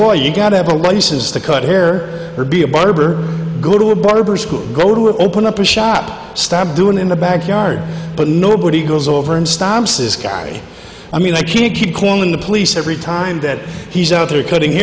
war you got to have a license to cut hair or be a barber go to a barber school go to open up a shop stat doing in the back yard but nobody goes over and stops this guy i mean i can't keep calling the police every time that he's out there cutting